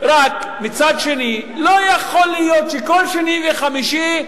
מצד שני לא יכול להיות שכל שני וחמישי,